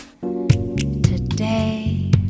today